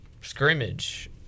scrimmage